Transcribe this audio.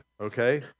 Okay